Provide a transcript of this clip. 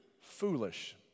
foolish